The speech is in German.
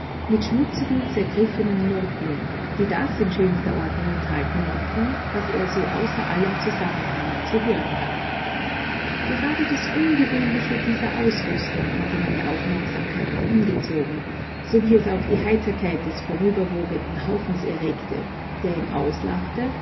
mit schmutzigen zergriffenen noten die das in schönster ordnung enthalten mochten was er so außer allem zusammenhange zu hören gab gerade das ungewöhnliche dieser ausrüstung hatte meine aufmerksamkeit auf ihn gezogen so wie es auch die heiterkeit des vorüberwogenden haufens erregte der ihn auslachte